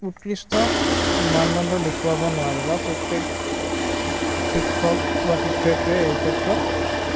উৎকৃষ্ট মানদণ্ড দেখুৱাব নোৱাৰে বা প্ৰত্যেক শিক্ষক বা শিক্ষয়িত্ৰীয়ে এই ক্ষেত্ৰত